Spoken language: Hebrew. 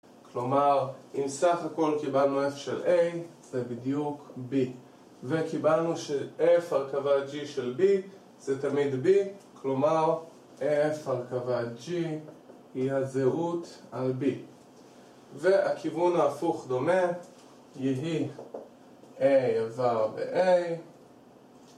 כלומר, אם סך הכל קיבלנו F של A, זה בדיוק B וקיבלנו ש-F הרכבה G של B זה תמיד B כלומר, F הרכבה G היא הזהות על B והכיוון ההפוך דומה יהי A איבר ב-A